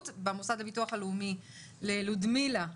במוסד לביטוח הלאומי ללודמילה אליאסיאן.